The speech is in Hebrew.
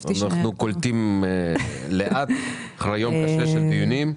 אנחנו אחרי יום קשה של דיונים.